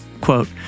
Quote